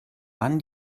mann